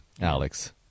Alex